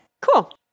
cool